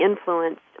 influenced